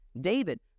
David